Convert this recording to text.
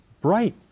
bright